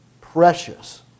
Precious